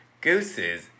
Gooses